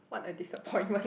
what a disappointment